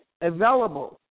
available